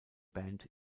band